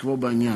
סטטוס-קוו בעניין.